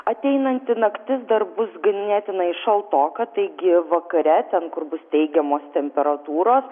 ateinanti naktis dar bus ganėtinai šaltoka taigi vakare ten kur bus teigiamos temperatūros